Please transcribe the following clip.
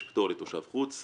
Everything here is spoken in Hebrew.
יש פטור לתושב חוץ,